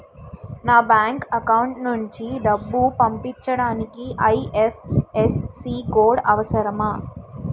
నా bank account నుంచి డబ్బు పంపించడానికి ఐ.ఎఫ్.ఎస్.సి కోడ్ అవసరమా?